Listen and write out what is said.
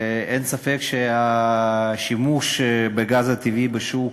אין ספק שהשימוש בגז הטבעי בשוק,